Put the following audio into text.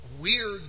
weird